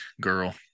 girl